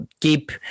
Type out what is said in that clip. keep